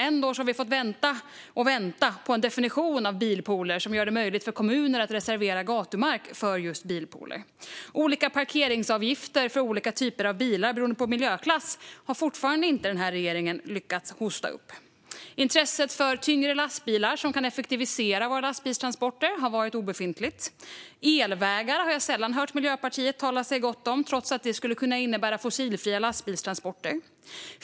Ändå har vi fått vänta på en definition av bilpooler som gör det möjligt för kommuner att reservera gatumark för just bilpooler. Olika parkeringsavgifter för bilar av olika miljöklass har regeringen fortfarande inte lyckats hosta upp. Intresset för tyngre lastbilar, som kan effektivisera våra lastbilstransporter, har varit obefintligt. Elvägar har jag sällan hört Miljöpartiet tala gott om, trots att det skulle kunna innebära fossilfria lastbilstransporter.